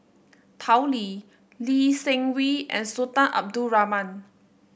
Tao Li Lee Seng Wee and Sultan Abdul Rahman